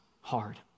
hard